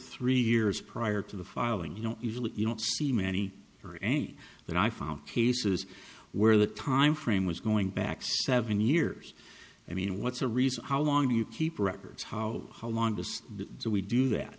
three years prior to the filing you know usually you don't see many or any but i found cases where the timeframe was going back seven years i mean what's the reason how long do you keep records how how long do we do that